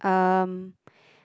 um